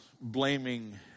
blaming